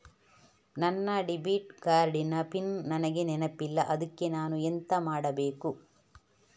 ನನ್ನ debit card ನ PIN ನನಗೆ ನೆನಪಿಲ್ಲ ಅದ್ಕೆ ನಾನು ಎಂತ ಮಾಡಬೇಕು?